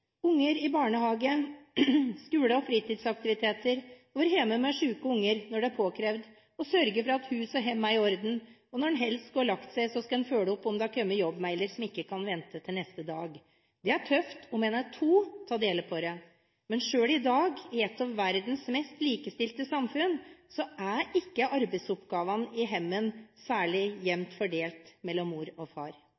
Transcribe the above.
i barnehage, skole og fritidsaktiviteter, være hjemme med syke barn når det er påkrevd og sørge for at hus og hjem er i orden – og når en helst skulle lagt seg, skal en følge opp om det har kommet jobbmailer som ikke kan vente til neste dag. Det er tøft nok om en er to til å dele på det, men selv i dag, i et av verdens mest likestilte samfunn, er ikke arbeidsoppgavene i hjemmet særlig